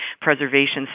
preservation